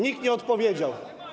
Nikt nie odpowiedział.